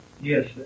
Yes